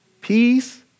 peace